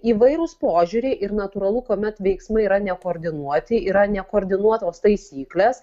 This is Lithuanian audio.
įvairūs požiūriai ir natūralu kuomet veiksmai yra nekoordinuoti yra nekoordinuotos taisyklės